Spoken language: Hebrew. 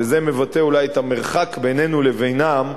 וזה אולי מבטא את המרחק בינינו לבינן,